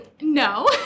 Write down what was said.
no